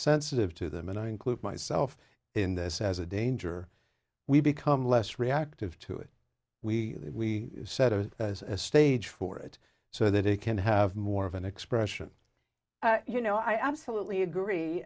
sensitive to them and i include myself in this as a danger we become less reactive to it we set a stage for it so that it can have more of an expression you know i absolutely agree